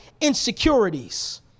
insecurities